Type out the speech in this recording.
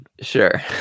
Sure